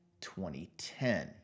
2010